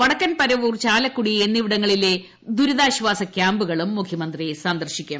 വടക്കൻ പരവൂർ ചാലക്കുടി എന്നിവിടങ്ങളിലെ ദുരിതാശ്വാസ കൃാമ്പുകളും മുഖൃമന്ത്രി സന്ദർശിക്കും